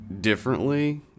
differently